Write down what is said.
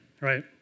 right